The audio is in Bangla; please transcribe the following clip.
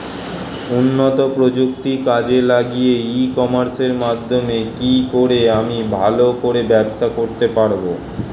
উন্নত প্রযুক্তি কাজে লাগিয়ে ই কমার্সের মাধ্যমে কি করে আমি ভালো করে ব্যবসা করতে পারব?